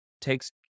takes